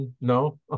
no